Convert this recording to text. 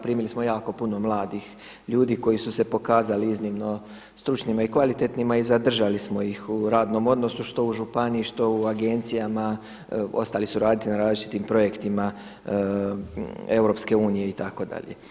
Primili smo jako puno mladih ljudi koji su se pokazali iznimno stručnima i kvalitetnima i zadržali smo ih u radnom odnosu što u županiji, što u agencijama, ostali su raditi na različitim projektima EU itd.